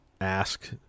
ask